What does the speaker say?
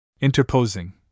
interposing